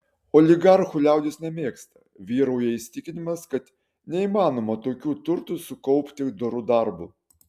oligarchų liaudis nemėgsta vyrauja įsitikinimas kad neįmanoma tokių turtų sukaupti doru darbu